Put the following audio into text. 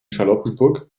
charlottenburg